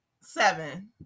seven